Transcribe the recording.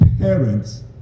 parents